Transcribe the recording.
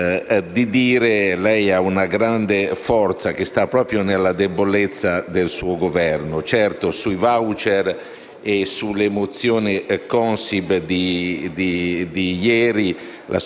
e sulle mozioni Consip di ieri la sua maggioranza non ha fatto una bella figura. Anzi - diciamocelo - abbiamo fatto una figuraccia internazionale